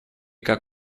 как